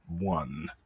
one